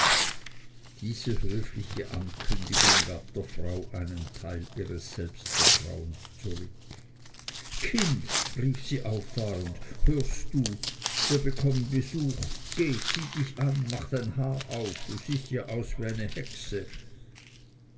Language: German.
diese höfliche ankündigung gab der frau einen teil ihres selbstvertrauens zurück kind rief sie auffahrend hörst du wir bekommen besuch geh zieh dich an mache dein haar auf du siehst ja aus wie eine hexe